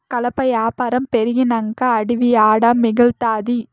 కలప యాపారం పెరిగినంక అడివి ఏడ మిగల్తాది